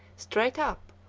straight up,